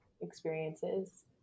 experiences